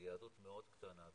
היא יהדות מאוד קטנה,